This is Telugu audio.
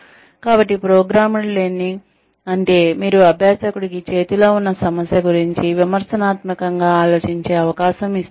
కాబట్టి ప్రోగ్రామ్డ్ లెర్నింగ్ అంటే మీరు అభ్యాసకుడికి చేతిలో ఉన్న సమస్య గురించి విమర్శనాత్మకంగా ఆలోచించే అవకాశం ఇస్తున్నారు